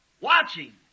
watching